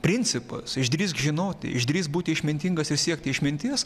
principas išdrįsk žinoti išdrįsk būti išmintingas ir siekti išminties